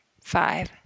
five